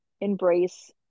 embrace